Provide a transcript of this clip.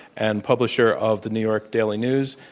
and publisher of the new york daily news,